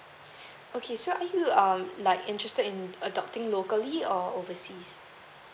okay so are you um like interested in adopting locally or overseas